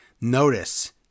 Notice